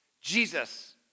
Jesus